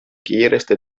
kiiresti